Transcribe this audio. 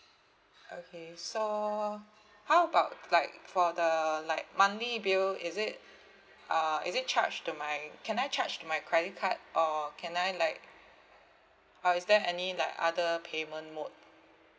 okay so how about like for the like monthly bill is it uh is it charged to my can I charge to my credit card or can I like or is there any like other payment mode